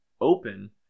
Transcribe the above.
open